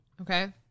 Okay